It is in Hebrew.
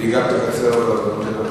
נעשה עסקה.